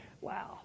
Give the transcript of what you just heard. Wow